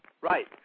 Right